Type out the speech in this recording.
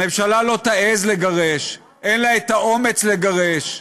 הממשלה לא תעז לגרש, אין לה את האומץ לגרש.